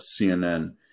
CNN